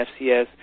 FCS